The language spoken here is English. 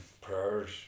prayers